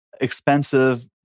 expensive